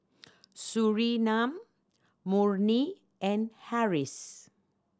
Surinam Murni and Harris